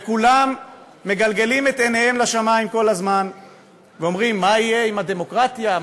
וכולם מגלגלים את עיניהם לשמים כל הזמן ואומרים: מה יהיה עם הדמוקרטיה?